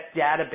database